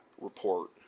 report